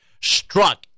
struck